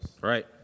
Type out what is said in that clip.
Right